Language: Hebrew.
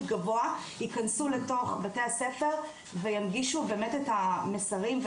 גבוה ייכנסו לתוך בתי הספר וינגישו באמת את המסרים.